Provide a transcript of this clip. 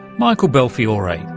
michael belfiore,